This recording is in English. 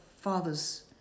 father's